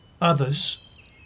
others